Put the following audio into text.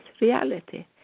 Reality